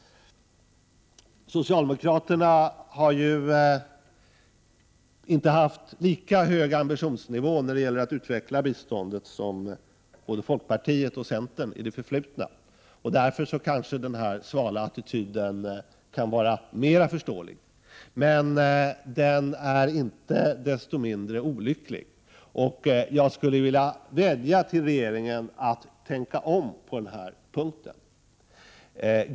Socialdemokraterna har ju inte i det förflutna haft lika hög ambitionsnivå när det gäller att utveckla biståndet som både folkpartiet och centern. Därför kan kanske den svala attityden vara mera förståelig, men den är inte desto mindre olycklig. Jag skulle vilja vädja till regeringen att tänka om på den här punkten.